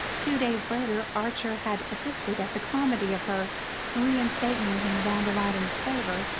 two days later archer had assisted at the comedy of her reinstatement in the van der luydens' favour,